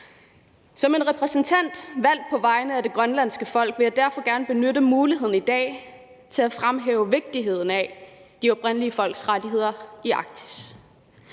Som en repræsentant valgt på vegne af det grønlandske folk vil jeg derfor gerne benytte muligheden i dag til at fremhæve vigtigheden af de oprindelige folks rettigheder i Arktis